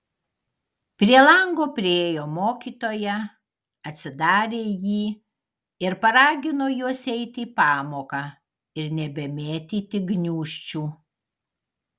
prie lango priėjo mokytoja atsidarė jį ir paragino juos eiti į pamoką ir nebemėtyti gniūžčių